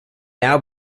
now